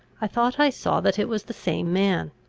i thought i saw that it was the same man.